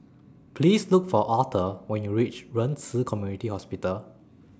Please Look For Arthur when YOU REACH Ren Ci Community Hospital